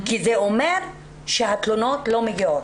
כי זה אומר שהתלונות לא מגיעות.